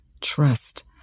trust